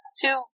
Two